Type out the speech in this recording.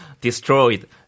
destroyed